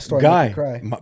guy